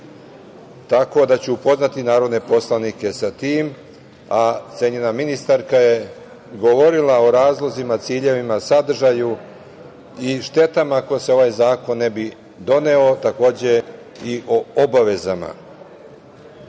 tako da ću upoznati narodne poslanike sa tim, a cenjena ministarka je govorila o razlozima, ciljevima, sadržaju i štetama ako se ovaj zakon ne bi doneo, a takođe i o obavezama. Moram